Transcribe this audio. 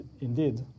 indeed